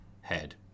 Head